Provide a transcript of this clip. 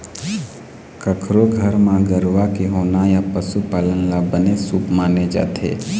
कखरो घर म गरूवा के होना या पशु पालन ल बने शुभ माने जाथे